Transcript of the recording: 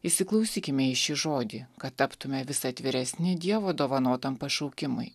įsiklausykime į šį žodį kad taptume vis atviresni dievo dovanotam pašaukimui